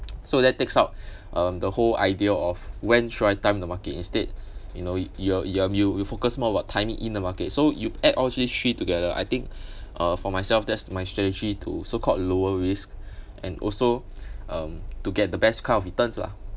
so that takes out um the whole idea of when should I time the market instead you know you're you're you you focus more about timing in the market so you add all these three together I think uh for myself that's my strategy to so called lower risk and also um to get the best kind of returns lah